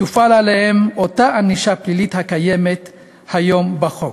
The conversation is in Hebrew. תופעל עליהם אותה ענישה פלילית הקיימת היום בחוק.